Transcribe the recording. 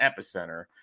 epicenter